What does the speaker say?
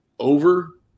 Over